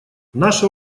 наше